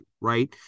Right